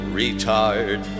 retard